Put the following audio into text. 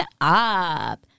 up